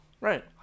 Right